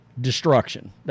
destruction